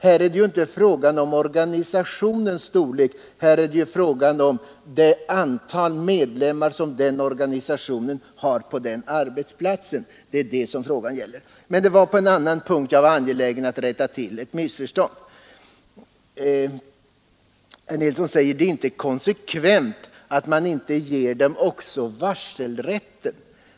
Här är det inte fråga om organisationens storlek, här är det fråga om det antal medlemmar den har på en viss arbetsplats. Det var egentligen på en annan punkt jag var angelägen att rätta till ett missförstånd. Herr Nilsson säger att det inte är konsekvent att vi inte vill ge också varselrätt.